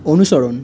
অনুসরণ